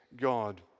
God